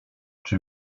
czy